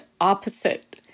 opposite